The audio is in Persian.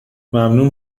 ممنون